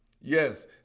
Yes